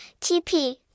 TP